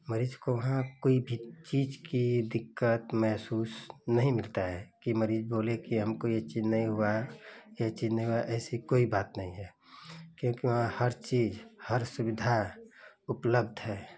मरीज़ को वहाँ कोई भी चीज़ की दिक्कत महसूस नहीं मिलती है कि मरीज़ बोले कि हमको यह चीज़ नहीं मिली है यह चीज़ नहीं हुई ऐसी कोई बात नहीं है क्योकि वहाँ हर चीज़ हर सुविधा उपलब्ध है